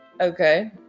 Okay